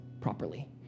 properly